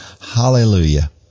hallelujah